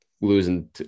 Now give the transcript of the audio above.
losing